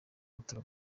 butaka